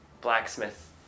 blacksmith